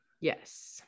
yes